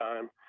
time